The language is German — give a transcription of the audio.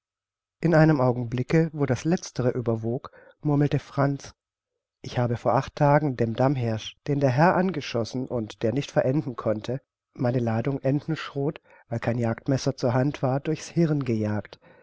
in einem augenblicke wo das letztere überwog murmelte franz ich habe vor acht tagen dem damhirsch den der herr angeschossen und der nicht verenden konnte meine ladung entenschrot weil kein jagdmesser zur hand war durch's hirn gejagt